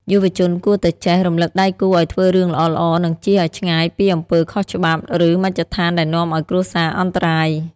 យុវជនគួរតែចេះ "រំលឹកដៃគូឱ្យធ្វើរឿងល្អៗ" និងចៀសឱ្យឆ្ងាយពីអំពើខុសច្បាប់ ឬមជ្ឈដ្ឋានដែលនាំឱ្យគ្រួសារអន្តរាយ។